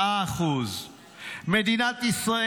9%. על פי הבנק העולמי מדינת ישראל